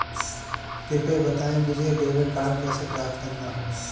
कृपया बताएँ मुझे डेबिट कार्ड कैसे प्राप्त होगा?